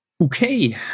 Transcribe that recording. Okay